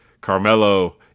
Carmelo